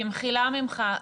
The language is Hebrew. במחילה ממך,